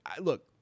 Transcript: look